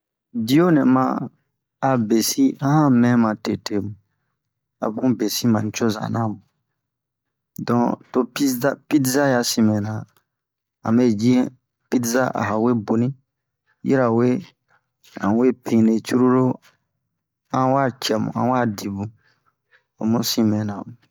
Diyo nɛ ma a besi a han mɛn ma tete a bun besi ba nicoza na don to piza pidza ya sin mɛna ame ji pidza a han we boni yirawe a han we pine cururu an wa cɛmu han wa di bun o mu sin mɛna mu